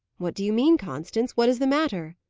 what do you mean, constance? what is the matter?